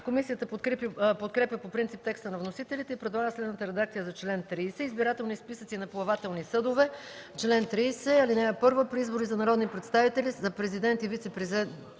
Комисията подкрепя по принцип текста на вносителите и предлага следната редакция за чл. 30: „Избирателни списъци на плавателни съдове Чл. 30. (1) При избори за народни представители, за президент и вицепрезидент